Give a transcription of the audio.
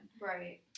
Right